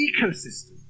ecosystem